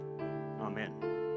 amen